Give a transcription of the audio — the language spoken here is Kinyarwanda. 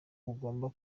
bugomba